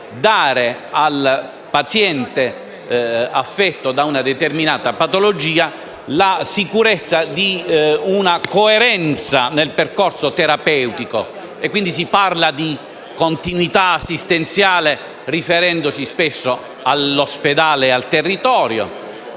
dare al paziente, affetto da una determinata patologia, la sicurezza di una coerenza nel percorso terapeutico. E, quindi, si parla di continuità assistenziale richiamandosi spesso all'ospedale e al territorio,